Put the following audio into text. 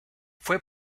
fue